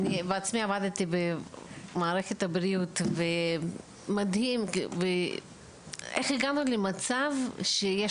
אני בעצמי עבדתי במערכת הבריאות ומדהים איך הגענו למצב שיש